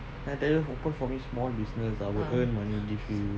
I tell you open for me small business I will earn money give you